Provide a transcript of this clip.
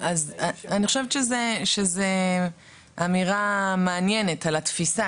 אז אני חושבת שזו אמירה מעניינת על התפיסה,